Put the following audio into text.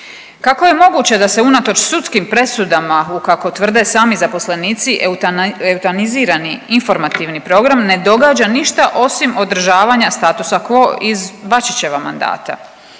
Kako je moguće da se unatoč sudskim presudama u kako tvrde sami zaposlenici eutanazirani informativni program ne događa ništa osim održavanja statusa quo iz Bačićeva mandata.